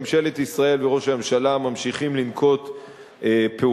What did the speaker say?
ממשלת ישראל וראש הממשלה ממשיכים לנקוט פעולות.